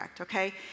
okay